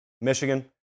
Michigan